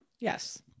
Yes